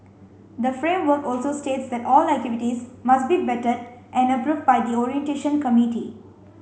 the framework also states that all activities must be vetted and approved by the orientation committee